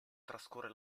trascorre